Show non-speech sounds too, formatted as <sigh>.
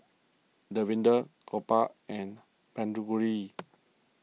Davinder Gopal and Tanguturi <noise>